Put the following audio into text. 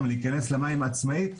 את האפשרות להיכנס באופן עצמאי למים,